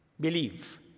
Believe